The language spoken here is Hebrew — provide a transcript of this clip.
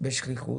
בשכיחות,